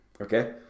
Okay